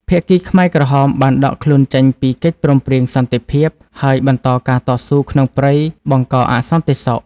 ភាគីខ្មែរក្រហមបានដកខ្លួនចេញពីកិច្ចព្រមព្រៀងសន្តិភាព ហើយបន្តការតស៊ូក្នុងព្រៃបង្កអសន្តិសុខ។